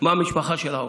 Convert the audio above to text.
מה המשפחה שלה עוברת.